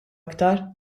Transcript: iktar